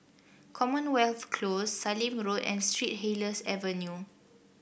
Commonwealth Close Sallim Road and Street Helier's Avenue